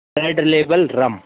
red label rum